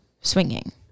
swinging